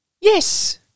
Yes